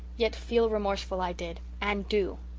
yet feel remorseful i did and do.